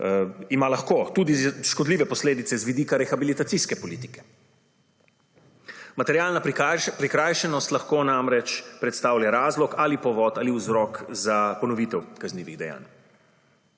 ima lahko tudi škodljive posledice z vidika rehabilitacijske politike. Materialna prikrajšanost lahko namreč predstavlja razlog ali povod ali vzrok za ponovitev kaznivih dejanj.